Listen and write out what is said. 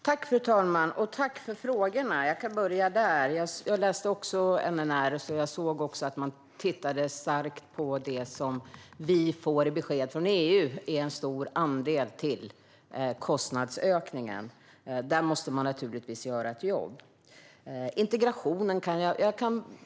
Fru talman! Tack för frågorna! Jag har också läst NNR, och jag har sett att man har tittat på det som enligt EU är en stor del av kostnadsökningen. Där måste man naturligtvis göra ett jobb. Där var frågan om integrationen.